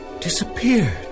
disappeared